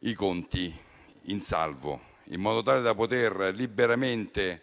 i conti in salvo, in modo da poter liberamente